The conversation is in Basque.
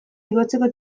igotzeko